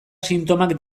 sintomak